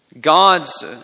God's